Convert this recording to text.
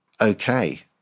okay